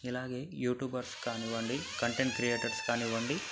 ఇలాగే యూట్యూబర్స్ కానివ్వండి content creators కానివ్వండి